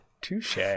Touche